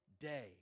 day